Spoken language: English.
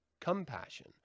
compassion